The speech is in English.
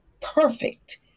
perfect